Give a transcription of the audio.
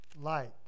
light